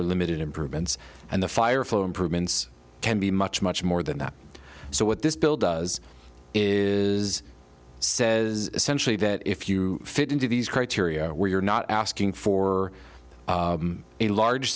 or limited improvements and the fire flow improvements can be much much more than that so what this bill does is says essentially that if you fit into these criteria we're not asking for a large